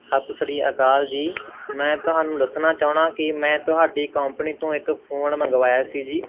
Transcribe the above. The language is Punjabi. ਸਤਿ ਸ਼੍ਰੀ ਅਕਾਲ ਜੀ ਮੈਂ ਤੁਹਾਨੂੰ ਦੱਸਣਾ ਚਾਹੁੰਦਾ ਕਿ ਮੈਂ ਤੁਹਾਡੀ ਕੰਪਨੀ ਤੋਂ ਇੱਕ ਫੋਨ ਮੰਗਵਾਇਆ ਸੀ ਜੀ